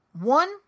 One